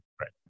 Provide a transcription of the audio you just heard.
Right